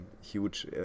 huge